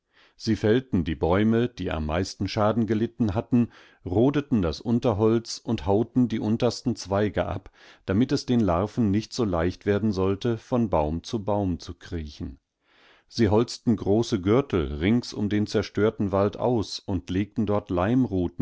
sie fällten die bäume die am meisten schaden gelitten hatten rodeten das unterholz und hauten die untersten zweige ab damit es den larven nicht so leicht werden sollte von baum zu baum zu kriechen sie holzten große gürtel rings um den zerstörten wald aus und legten dort